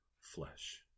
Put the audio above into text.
flesh